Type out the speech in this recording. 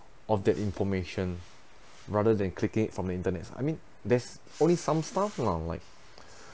of that information rather than clicking it from the internet I mean there's only some stuff lah like